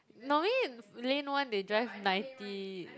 normally lane one they drive ninety